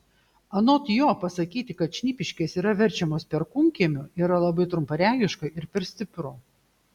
anot jo pasakyti kad šnipiškės yra verčiamos perkūnkiemiu yra labai trumparegiška ir per stipru